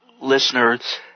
listeners